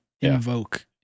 invoke